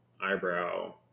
eyebrow